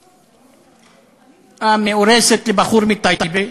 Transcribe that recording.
המאורסת לבחור מטייבה,